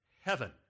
heaven